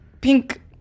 Pink